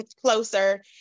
closer